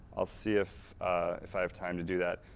i'll see if if i have time to do that,